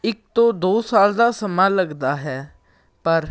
ਇੱਕ ਤੋਂ ਦੋ ਸਾਲ ਦਾ ਸਮਾਂ ਲੱਗਦਾ ਹੈ ਪਰ